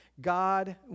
God